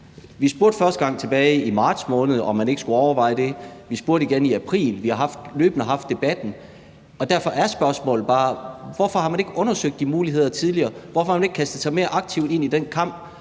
Vi spurgte første gang tilbage i marts måned, om man ikke skulle overveje det. Vi spurgte igen i april, og vi har løbende haft debatten. Og derfor er spørgsmålet bare, hvorfor man ikke har undersøgt de muligheder tidligere, og hvorfor man ikke har kastet sig mere aktivt ind i den kamp,